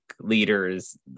leaders